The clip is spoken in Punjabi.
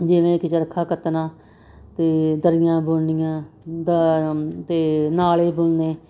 ਜਿਵੇਂ ਕਿ ਚਰਖਾ ਕੱਤਣਾ ਅਤੇ ਦਰੀਆਂ ਬੁਣਨੀਆਂ ਦਾ ਅਤੇ ਨਾਲੇ ਬੁਣਨੇ